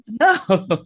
No